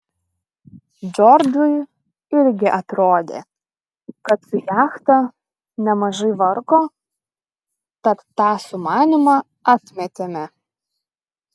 džordžui irgi atrodė kad su jachta nemažai vargo tad tą sumanymą atmetėme